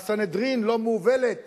והסנהדרין לא מובלת